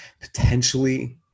potentially